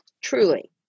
Truly